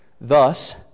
Thus